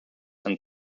and